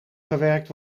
gewerkt